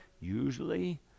usually